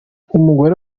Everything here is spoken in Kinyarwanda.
umugore